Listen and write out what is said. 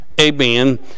Amen